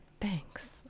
Thanks